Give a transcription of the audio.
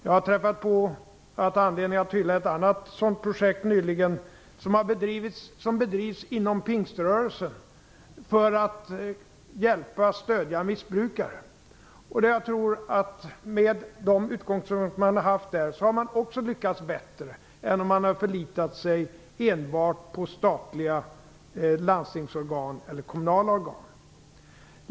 Jag har nyligen träffat på ett annat sådant projekt som bedrivs inom Pingströrelsen för att hjälpa och stödja missbrukare. Jag tror att man där, med de utgångspunkter som man haft, lyckats bättre än om man enbart hade förlitat sig på statliga, landstingsorgan eller kommunala organ.